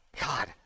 God